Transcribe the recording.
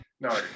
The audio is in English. No